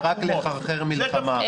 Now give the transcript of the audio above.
תפקידכם רק לחרחר מלחמה,